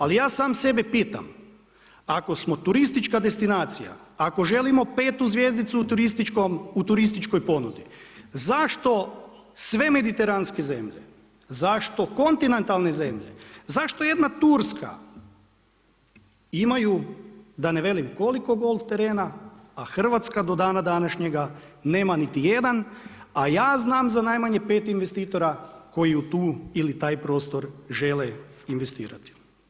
Ali ja sam sebe pitam ako smo turistička destinacija, ako želimo petu zvjezdicu u turističkoj ponudi zašto sve mediteranske zemlje, zašto kontinentalne zemlje, zašto jedna Turska imaju da ne velim koliko golf terena a Hrvatska do dana današnjega nema niti jedan a ja znam za najmanje pet investitora koji u tu, ili taj prostor žele investirati.